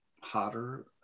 hotter